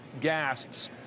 gasps